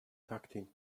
tucked